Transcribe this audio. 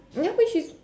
ya which is